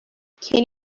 can